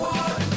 one